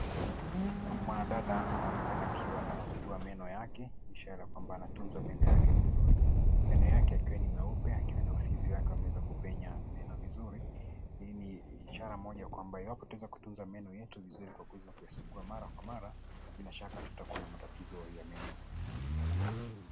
Mwanadada anaonekana akiwa anasugua meno yake, ishara kwamba anatunza meno yake vizuri. Meno yake ikiwa ni meupe akiwa na ufizi wake akiwa ameweza kupenya meno vizuri. Hii ni ishara moja kwamba iwapo tweza kutunza meno yetu vizuri kwa kuweza kuyasugua mara kwa mara bila shaka hatutakua na matatizo ya meno.